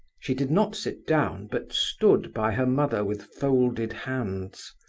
she did not sit down, but stood by her mother with folded hands.